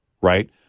right